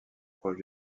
proche